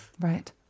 Right